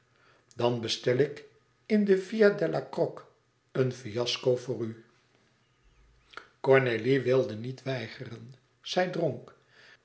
dan bestel ik in de via della croce een fiasco voor u cornélie wilde niet weigeren zij dronk